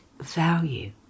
value